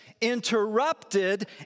interrupted